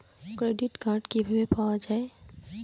Credit card কিভাবে পাওয়া য়ায়?